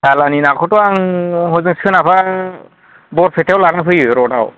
सालानि नाखौथ' आं हजों सोनाबहा बरपेटायाव लाना फैयो रडआव